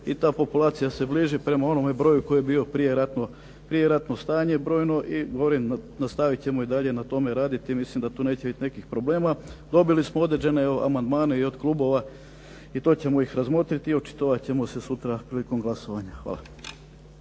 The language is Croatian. i ta populacija se bliži prema onome broju koji je bio prijeratno stanje brojno i govorim, nastavit ćemo i dalje na tome raditi, mislim da tu neće bit nekih problema. Dobili smo određene amandmane i od klubova i to ćemo ih razmotriti i očitovat ćemo se sutra prilikom glasovanja. Hvala.